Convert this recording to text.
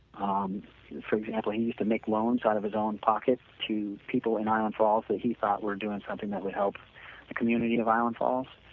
um for example, he use to make loans out of his own pocket to people in island falls that he thought were doing something that will help the community of island falls.